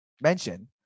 mention